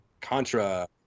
Contra